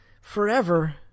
forever